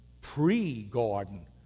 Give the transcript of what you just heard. pre-Garden